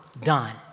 done